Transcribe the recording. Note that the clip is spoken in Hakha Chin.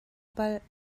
palh